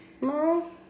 No